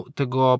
tego